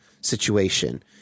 situation